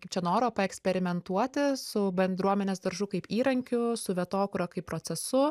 kaip čia noro paeksperimentuoti su bendruomenės daržu kaip įrankiu su vietokūra kaip procesu